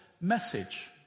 message